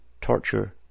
torture